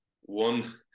one